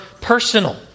personal